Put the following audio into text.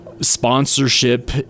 sponsorship